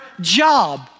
job